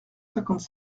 cinquante